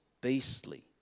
beastly